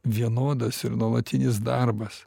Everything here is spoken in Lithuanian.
vienodas ir nuolatinis darbas